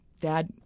dad